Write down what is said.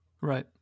Right